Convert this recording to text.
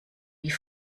wie